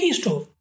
stove